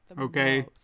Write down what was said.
okay